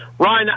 Ryan